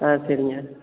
ஆ சரிங்க